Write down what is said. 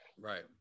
Right